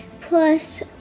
plus